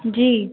जी